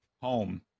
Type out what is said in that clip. home